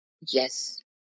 Yes